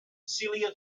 celia